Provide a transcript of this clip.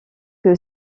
que